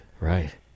Right